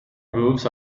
moves